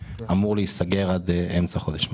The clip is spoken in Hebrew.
זה אמור להיסגר עד אמצע חודש מאי.